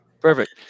Perfect